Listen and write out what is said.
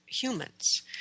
humans